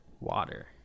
water